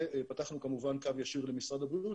ופתחנו כמובן קו ישיר למשרד הבריאות,